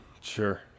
sure